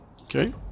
Okay